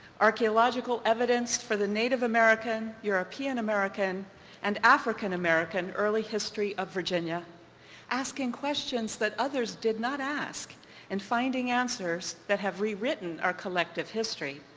archaeological evidence for the native american, european american and african american american early history of virginia asking questions that others did not ask and finding answers that have rewritten our collective history.